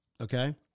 Okay